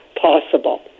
possible